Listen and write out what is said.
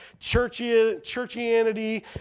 churchianity